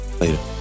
Later